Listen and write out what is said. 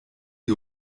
die